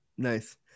Nice